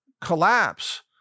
collapse